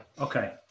Okay